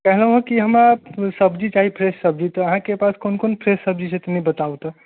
कहलहुँ कि हमर सब्जी चाही फ्रेश सब्जी तऽ अहाँके पास कोन कोन फ्रेश सब्जी छै तनि बताबू तऽ